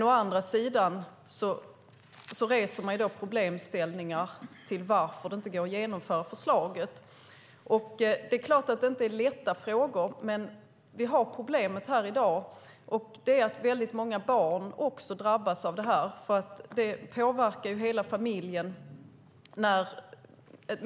Å andra sidan reser man problemställningar kring varför det inte går att genomföra förslaget. Det är klart att det inte är lätta frågor, men vi har ett problem i dag, och det är att väldigt många barn också drabbas av det här då det påverkar hela familjen.